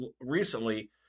Recently